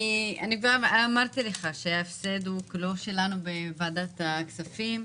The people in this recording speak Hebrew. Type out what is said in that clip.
אני פעם אמרתי לך שההפסד הוא כולו שלנו בוועדת הכספים.